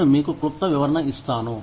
నేను మీకు క్లుప్త వివరణ ఇస్తాను